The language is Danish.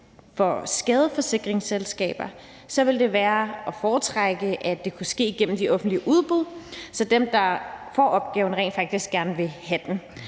for skadeforsikringsselskaber ville det være at foretrække, at det kunne ske gennem de offentlige udbud, så dem, der får opgaven, rent faktisk gerne vil have den.